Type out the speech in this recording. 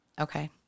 Okay